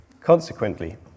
Consequently